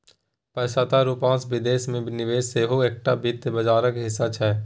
प्रत्यक्ष रूपसँ विदेश मे निवेश सेहो एकटा वित्त बाजारक हिस्सा छै